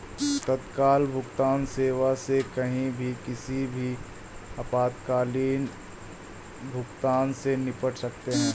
तत्काल भुगतान सेवा से कहीं भी किसी भी आपातकालीन भुगतान से निपट सकते है